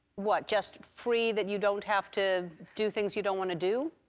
what? just free that you don't have to do things you don't want to do?